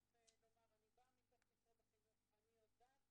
אני באה מתוך משרד החינוך, אני יודעת